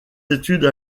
études